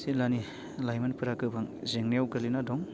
जिल्लानि लाइमोनफोरा गोबां जेंनायाव गोग्लैना दं